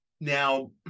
Now